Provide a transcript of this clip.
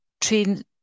train